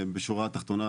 בשורה התחתונה,